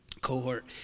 cohort